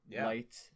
light